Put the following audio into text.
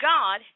God